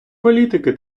політики